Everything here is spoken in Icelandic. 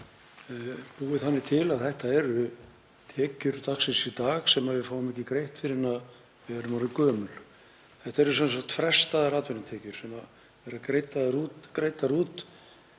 búið þannig til að þetta eru tekjur dagsins í dag sem við fáum ekki greiddar fyrr en við erum orðin gömul. Þetta eru sem sagt frestaðar atvinnutekjur sem eru greiddar út